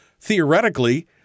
theoretically